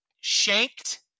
shanked